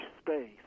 space